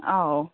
ꯑꯥꯎ